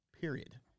Period